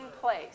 Place